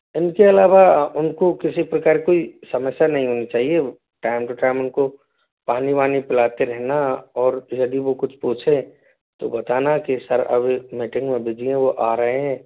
इनके अलावा उनको किसी प्रकार कोई समस्या नहीं होनी चाहिए टाइम टु टाइम उनको पानी वानी पिलाते रहना और यदि वो कुछ पूछे तो बताना कि सर अभी मीटिंग में बिजी हैं वो आ रहे हैं